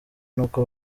n’uko